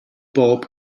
bob